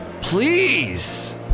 please